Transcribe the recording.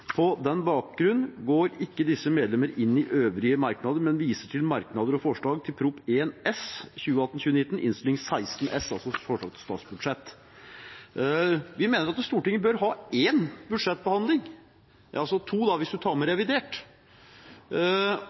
På den bakgrunn går ikke disse medlemmer inn i øvrige merknader, men viser til merknader og forslag til Prop. 1 S , Innst. 16 S Det er altså forslag til statsbudsjett. Vi mener at Stortinget bør ha én budsjettbehandling – to hvis man tar med revidert